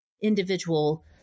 individual